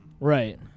right